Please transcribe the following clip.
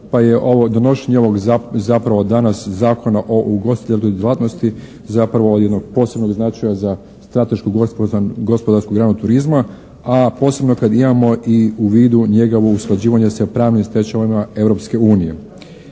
pa je donošenje ovog zapravo danas Zakona o ugostiteljskoj djelatnosti zapravo od jednog posebnog značaja za stratešku gospodarsku granu turizma. A posebno kad imamo i u vidu njegovo usklađivanje sa pravnim stečevinama Europske unije.